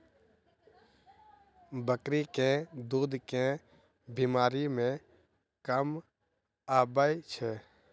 बकरी केँ दुध केँ बीमारी मे काम आबै छै?